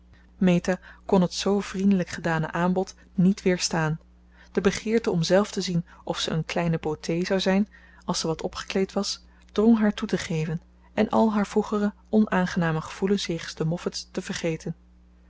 meta kon het zoo vriendelijk gedane aanbod niet weerstaan de begeerte om zelf te zien of ze een kleine beauté zou zijn als ze wat opgekleed was drong haar toe te geven en al haar vroegere onaangename gevoelens jegens de moffats te vergeten